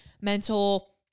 mental